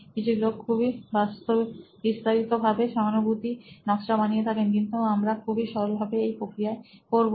কিছু লোক খুবই বিস্তারিত ভাবে সহানুভূতি নকশা বানিয়ে থাকেন কিন্তু আমরা খুবই সরল ভাবে এই প্রক্রিয়ায় করবো